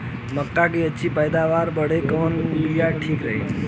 मक्का क अच्छी पैदावार बदे कवन बिया ठीक रही?